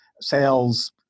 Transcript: sales